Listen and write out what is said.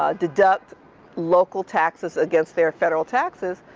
ah deduct local taxes against their federal taxes,